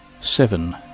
Seven